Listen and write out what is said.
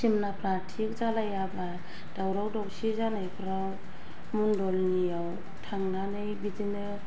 सिमाफ्रा थिग जालायाबा दावराव दावसि जानायफोराव मन्दलनियाव थांनानै बिदिनो